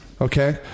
okay